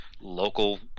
local